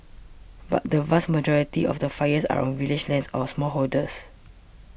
but the vast majority of the fires are on village lands or smallholders